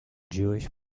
jewish